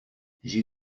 j’ai